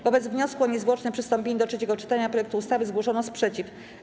Wobec wniosku o niezwłoczne przystąpienie do trzeciego czytania projektu ustawy zgłoszono sprzeciw.